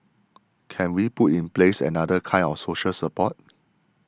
can we put in place another kind of social support